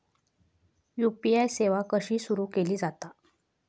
UPI सेवा कशी सुरू केली जाता?